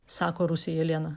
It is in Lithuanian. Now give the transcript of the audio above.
sako rusė jelena